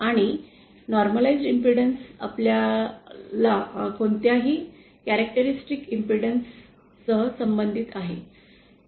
आणि सामान्य ीकृत इम्पेडन्स आपल्या कोणत्याही केरक्टरिस्टिक इम्पेडन्स सह संबंधित आहे